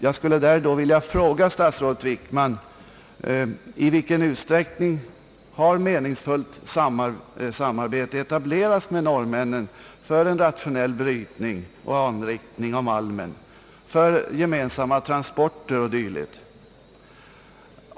Jag skulle vilja ställa frågan till statsrådet Wickman: I vilken utsträckning har meningsfullt samarbete etablerats med norrmännen för en rationell brytning och anrik ning av malmen, för gemensamma transporter och dylikt?